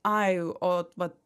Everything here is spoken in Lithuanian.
ai o vat